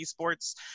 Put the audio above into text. esports